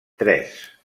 tres